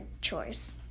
chores